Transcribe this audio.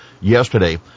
yesterday